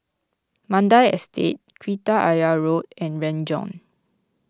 Mandai Estate Kreta Ayer Road and Renjong